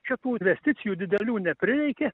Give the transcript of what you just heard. čia tų investicijų didelių neprireikė